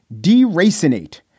deracinate